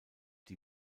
die